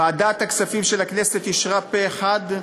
ועדת הכספים של הכנסת אישרה פה-אחד,